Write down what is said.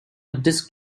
disc